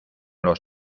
los